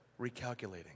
recalculating